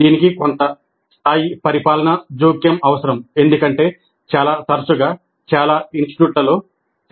దీనికి కొంత స్థాయి పరిపాలనా జోక్యం అవసరం ఎందుకంటే చాలా తరచుగా చాలా ఇన్స్టిట్యూట్లలో